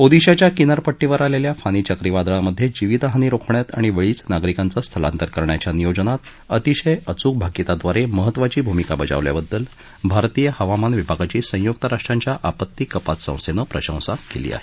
ओदिशाच्या किनारपट्टीवर आलेल्या फानी चक्रीवादळामध्ये जीवित हानी रोखण्यात आणि वेळीच नागरिकांचं स्थलांतर करण्याच्या नियोजनात अतिशय अचूक भाकिताद्वारे महत्त्वाची भूमिका बजावल्याबद्दल भारतीय हवामान विभागाची संयुक्त राष्ट्रांच्या आपत्ती कपात संस्थेनं प्रशंसा केली आहे